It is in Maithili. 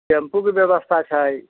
टेम्पूके व्यवस्था छै